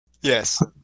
Yes